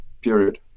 Period